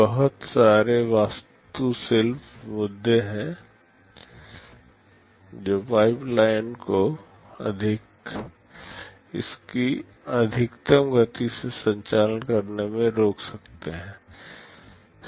बहुत सारे वास्तुशिल्प मुद्दे हैं जो पाइपलाइन को इसकी अधिकतम गति से संचालन करने से रोक सकते हैं